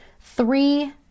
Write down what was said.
Three